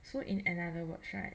so in another words right